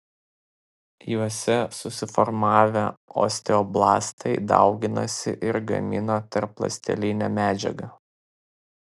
juose susiformavę osteoblastai dauginasi ir gamina tarpląstelinę medžiagą